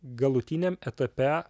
galutiniam etape